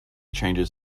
changes